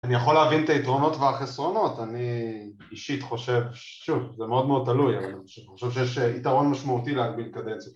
אני יכול להבין את היתרונות והחסרונות, אני אישית חושב, שוב, זה מאוד מאוד תלוי, אבל אני חושב שיש יתרון משמעותי להגביל קדנציה